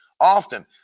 often